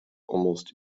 almost